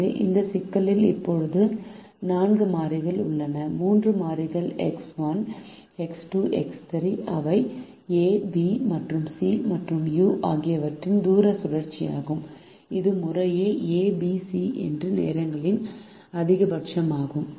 எனவே இந்த சிக்கலில் இப்போது 4 மாறிகள் உள்ளன 3 மாறிகள் எக்ஸ் 1 எக்ஸ் 2 எக்ஸ் 3 அவை A B மற்றும் C மற்றும் U ஆகியவற்றின் தூர சுழற்சியாகும் இது முறையே A B மற்றும் C எடுத்த நேரங்களின் அதிகபட்சமாகும்